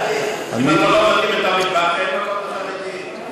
אין לך מקום לחרדים,